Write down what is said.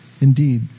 Indeed